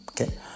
okay